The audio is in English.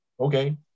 Okay